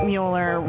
Mueller